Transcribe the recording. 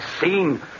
seen